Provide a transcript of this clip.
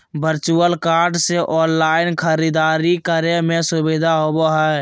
virtual card से online खरीदारी करे में सुबधा होबो हइ